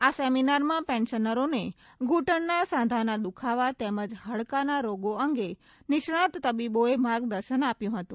આ સેમિનારમાં પેન્શનરોને ઘુંટણના સાંધાના દુઃખાવા તેમજ હાકડાના રોગો અંગે નિષ્ણાત તબીબોએ માર્ગદર્શન આપ્યું હતું